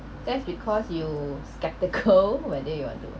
that's because you skeptical whether you wanna do it